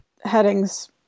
headings